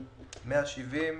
170,